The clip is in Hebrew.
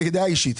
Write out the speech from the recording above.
כדעה אישית.